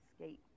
escape